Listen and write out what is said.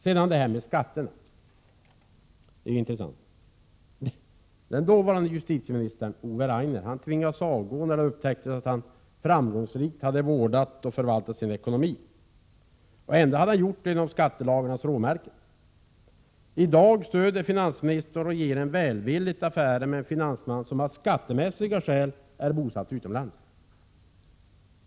Sedan det här med skatterna, som är en intressant fråga. Den tidigare justitieministern Ove Rainer tvingades avgå när det upptäcktes att han framgångsrikt hade vårdat och förvaltat sin ekonomi. Ändå hade han gjort detta inom skattelagarnas råmärken. I dag stöder finansministern och regeringen välvilligt en finansman som av skattemässiga skäl är bosatt utomlands.